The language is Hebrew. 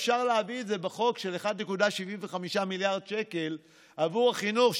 אפשר להביא את זה בחוק של 1.75 מיליארד שקל עבור החינוך,